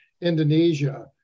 Indonesia